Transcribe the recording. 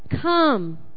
Come